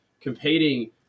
competing